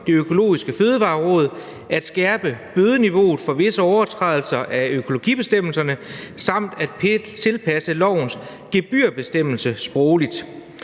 Det Økologiske Fødevareråd, at skærpe bødeniveauet for visse overtrædelser af økologibestemmelserne samt at tilpasse lovens gebyrbestemmelse sprogligt.